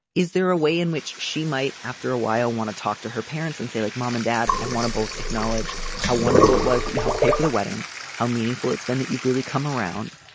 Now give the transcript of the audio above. is there a way in which she might after a while want to talk to her parents and say like mom and dad i want to both acknowledge how wonderful it was that you helped pay for the wedding how meaningful it's been that you've really come around.